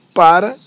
para